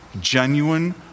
genuine